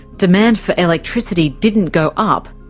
demand for electricity didn't go up,